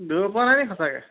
ধৰিব পৰা নাই নি সঁচাকৈ